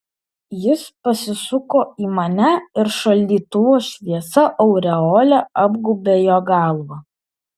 jis pasisuko į mane ir šaldytuvo šviesa aureole apgaubė jo galvą